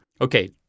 Okay